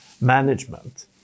management